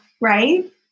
right